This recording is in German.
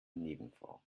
nebenfrau